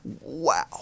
Wow